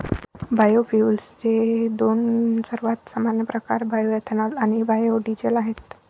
बायोफ्युएल्सचे दोन सर्वात सामान्य प्रकार बायोएथेनॉल आणि बायो डीझेल आहेत